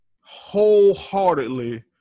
wholeheartedly